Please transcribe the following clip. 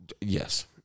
Yes